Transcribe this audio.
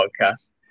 podcast